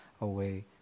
away